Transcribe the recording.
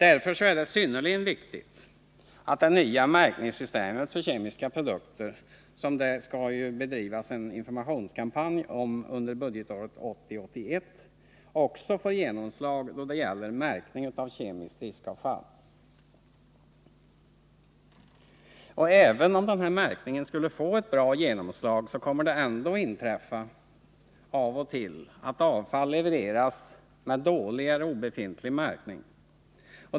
Därför är det synnerligen viktigt att det nya märkningssystemet för kemiska produkter, som det ju skall bedrivas en informationskampanj om under budgetåret 1980/81, också får genomslag då det gäller märkning av kemiskt riskavfall. Även om den här märkningen får ett bra genomslag kommer det ändå att inträffa av och till att avfall levereras med dålig eller obefintlig märkning.